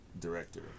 director